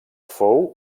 fou